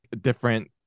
different